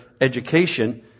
education